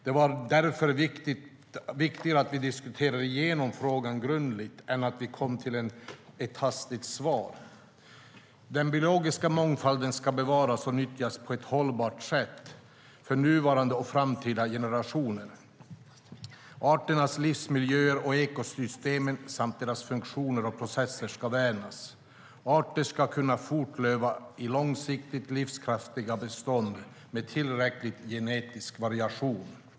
Det var därför viktigare att vi diskuterade igenom frågan grundligt än att vi kom med ett hastigt svar. Den biologiska mångfalden ska bevaras och nyttjas på ett hållbart sätt, för nuvarande och framtida generationer. Arternas livsmiljöer och ekosystem samt deras funktioner och processer ska värnas. Arter ska kunna fortleva i långsiktigt livskraftiga bestånd med tillräcklig genetisk variation.